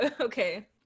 Okay